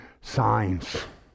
signs